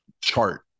chart